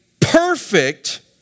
perfect